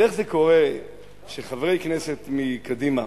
אז איך זה קורה שחברי כנסת מקדימה,